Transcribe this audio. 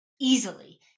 easily